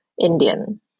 Indian